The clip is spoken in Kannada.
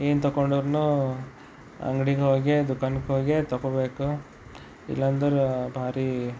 ಏನು ತಗೊಂಡ್ರುನೂ ಅಂಗಡಿಗೆ ಹೋಗಿಯೇ ದುಖಾನಕ್ಕೆ ಹೋಗಿಯೇ ತಗೋಬೇಕು ಇಲ್ಲಾಂದ್ರೆ ಭಾರಿ